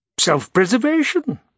Self-preservation